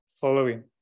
following